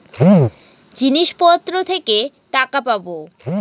জিনিসপত্র থেকে টাকা পাবো